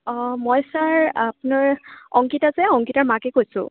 অঁ মই ছাৰ আপোনাৰ অংকিতা যে অংকিতাৰ মাকে কৈছোঁ